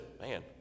Man